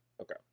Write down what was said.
Okay